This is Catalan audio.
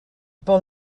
pel